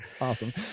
awesome